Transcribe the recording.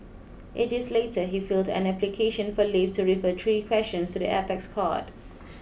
eight days later he filled an application for leave to refer three questions to the apex court